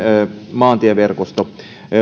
maantieverkosto